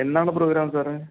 എന്നാണ് പ്രോഗ്രാം സാറെ